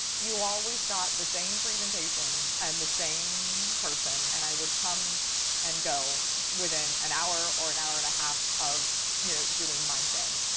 you always got the same presentation and the same person. and i would come and go within an hour or an hour and a half of you know doing my thing.